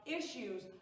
issues